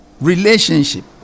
Relationship